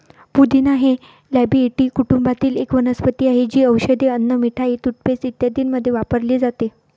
पुदिना हे लॅबिएटी कुटुंबातील एक वनस्पती आहे, जी औषधे, अन्न, मिठाई, टूथपेस्ट इत्यादींमध्ये वापरली जाते